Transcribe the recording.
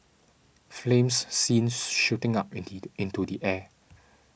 flames seen shooting up into the air